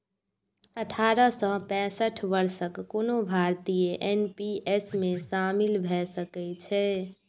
अठारह सं पैंसठ वर्षक कोनो भारतीय एन.पी.एस मे शामिल भए सकै छै